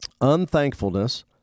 Unthankfulness